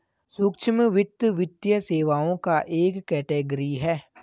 सूक्ष्म वित्त, वित्तीय सेवाओं का एक कैटेगरी है